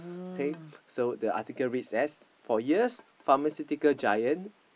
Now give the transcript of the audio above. okay so the article reads as for years pharmaceutical giant